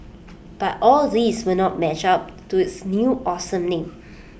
but all these will not match up to its new awesome name